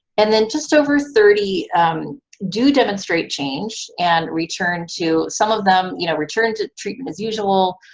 and then just over thirty do demonstrate change and return to some of them, you know, return to treatment as usual.